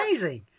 amazing